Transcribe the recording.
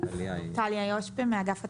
טליה ישפה מאגף התקציבים.